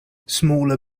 smaller